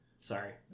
Sorry